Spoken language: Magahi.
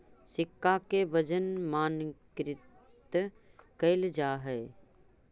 सिक्का के वजन मानकीकृत कैल जा हई